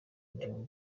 dream